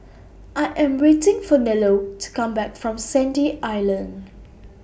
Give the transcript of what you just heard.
I Am waiting For Nello to Come Back from Sandy Island